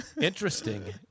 Interesting